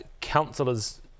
councillors